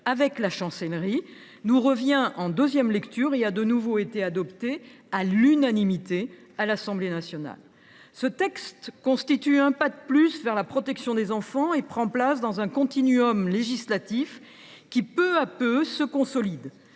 avec la Chancellerie, nous revient en deuxième lecture, après avoir été à nouveau adoptée à l’unanimité par l’Assemblée nationale. Ce texte constitue un pas de plus vers la protection des enfants. Il s’inscrit dans un législatif qui, peu à peu, se consolide.